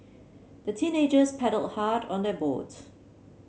the teenagers paddled hard on their boat